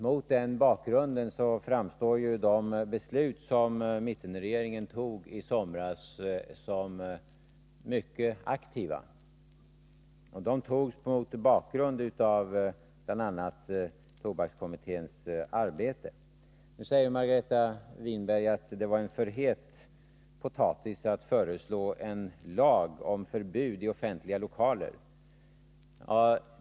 Mot den bakgrunden framstår de beslut som mittenregeringen i somras fattade som mycket aktiva insatser. De fattades mot bakgrund av bl.a. tobakskommitténs arbete. Nu säger Margareta Winberg att det var en för het potatis att föreslå en lag om förbud mot rökning i offentliga lokaler.